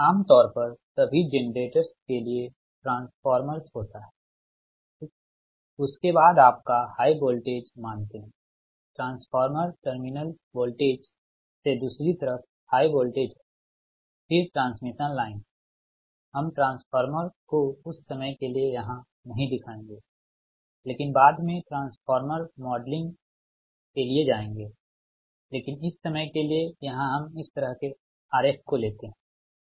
आम तौर पर सभी जेनरेटरस के लिए ट्रांसफॉर्मरस होता है ठीक उसके बाद आपका हाई वोल्टेज मानते है ट्रांसफॉर्मर टर्मिनल वोल्टेज से दूसरी तरफ हाई वोल्टेज है फिर ट्रांसमिशन लाइन हम ट्रांसफॉर्मर को कुछ समय के लिए यहां नहीं दिखाएँगे लेकिन बाद में ट्रांसफॉर्मर मॉडलिंग के लिए जाएँगे लेकिन इस समय के लिए यहाँ हम इस तरह के आरेख को लेते है